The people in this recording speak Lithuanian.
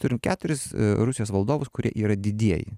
turim keturis rusijos valdovus kurie yra didieji